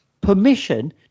permission